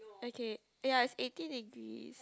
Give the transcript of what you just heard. okay ya it's eighty degrees